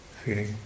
Feeling